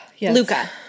Luca